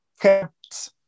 kept